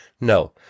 No